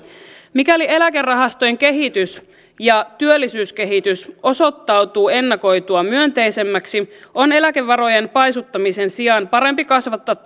mikäli eläkerahastojen kehitys ja työllisyyskehitys osoittautuvat ennakoitua myönteisemmäksi on eläkevarojen paisuttamisen sijaan parempi kasvattaa